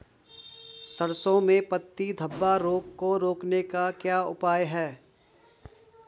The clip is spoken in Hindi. सरसों में पत्ती धब्बा रोग को रोकने का क्या उपाय है?